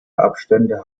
abstände